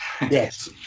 Yes